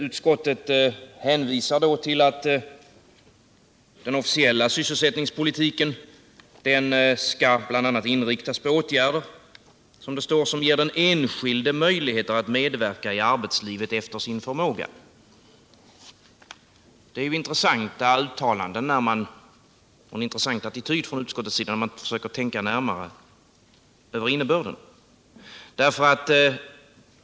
Utskottet hänvisar till att den officiella sysselsättningspolitiken bl.a., som det står, skall ”inriktas på åtgärder som ger den enskilde möjligheter att medverka i arbetslivet efter sin förmåga”. Det är en intressant attityd från utskottets sida när man försöker tänka närmare över innebörden.